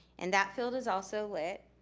and that field is also lit.